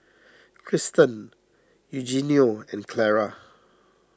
Krysten Eugenio and Clara